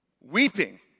Weeping